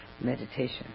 meditation